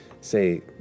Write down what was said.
say